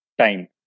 time